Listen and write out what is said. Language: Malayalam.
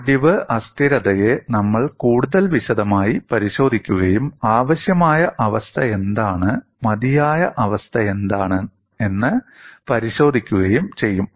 ഒടിവ് അസ്ഥിരതയെ നമ്മൾ കൂടുതൽ വിശദമായി പരിശോധിക്കുകയും ആവശ്യമായ അവസ്ഥയെന്താണ് മതിയായ അവസ്ഥയെന്താണെന്ന് പരിശോധിക്കുകയും ചെയ്യും